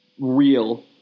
real –